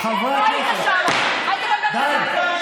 חברי הכנסת, די.